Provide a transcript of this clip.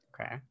okay